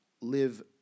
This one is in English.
live